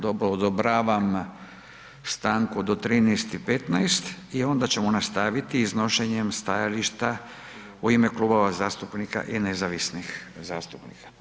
Dobro, odobravam stanku do 13 i 15 i onda ćemo nastaviti iznošenjem stajališta u ime klubova zastupnika i nezavisnih zastupnika.